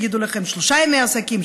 יגידו לכם: שלושה ימי עסקים,